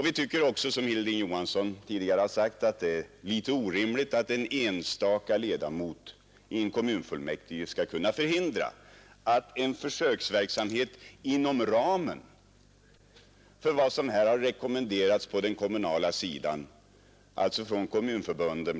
Vi tycker också, som Hilding Johansson tidigare har sagt, att det är litet orimligt att en enstaka ledamot i kommunfullmäktige skall kunna förhindra att en kommun bedriver försöksverksamhet inom ramen för vad som har rekommenderats av bl.a. kommunförbunden.